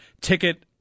ticket